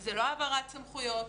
זה לא העברת סמכויות,